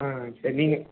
ஆ சரி நீங்கள்